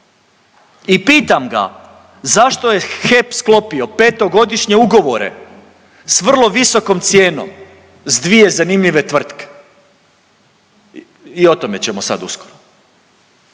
i pitam ga zašto je HEP sklopio 5-godišnje ugovore s vrlo visokom cijenom s dvije zanimljive tvrtke, i o tome ćemo sad uskoro,